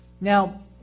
Now